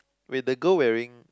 wait the girl wearing